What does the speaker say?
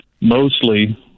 mostly